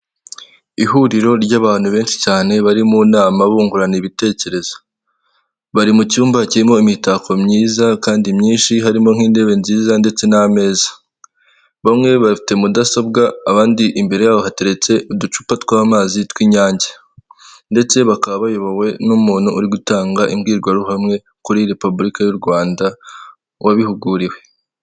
Ihuriro ry'abantu benshi cyane bari mu nama bungurana ibitekerezo, bari mu cyumba kirimo imitako myiza kandi myinshi harimo nk'intebe nziza ndetse n'ameza, bamwe bafite mudasobwa abandi imbere yaboho hateretse uducupa tw'amazi tw'inyange, ndetse bakaba bayobowe n'umuntu uri gutanga imbwirwaruhame kuri repubulika y'u Rwanda wabihuguriwe.